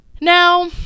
Now